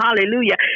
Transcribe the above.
Hallelujah